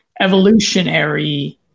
evolutionary